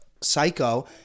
psycho